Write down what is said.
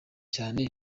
cyane